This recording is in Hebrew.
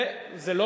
זה זול.